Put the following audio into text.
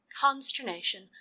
consternation